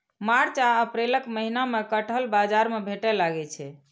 मार्च आ अप्रैलक महीना मे कटहल बाजार मे भेटै लागै छै